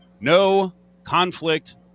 no-conflict